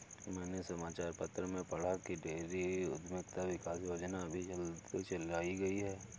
मैंने समाचार पत्र में पढ़ा की डेयरी उधमिता विकास योजना अभी जल्दी चलाई गई है